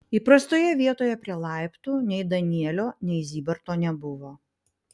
įprastoje vietoje prie laiptų nei danielio nei zybarto nebuvo